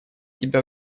тебя